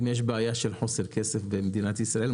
אם יש בעיה של חוסר כסף במדינת ישראל,